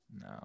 no